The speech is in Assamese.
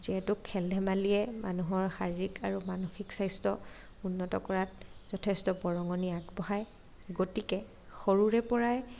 যিহেতু খেল ধেমালিয়ে মানুহৰ শাৰীৰিক আৰু মানসিক স্বাস্থ্য উন্নত কৰাত যথেষ্ট বৰঙণি আগবঢ়ায় গতিকে সৰুৰে পৰাই